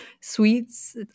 sweets